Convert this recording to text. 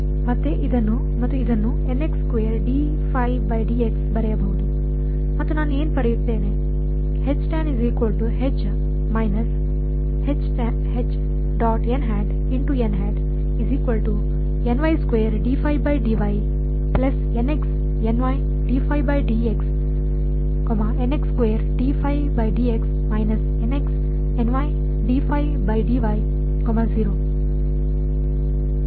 ಮತ್ತೆ ಇದನ್ನು ಮತ್ತು ಇದನ್ನು ಬರೆಯಬಹುದು ಮತ್ತು ನಾನು ಏನು ಪಡೆಯುತ್ತೇನೆ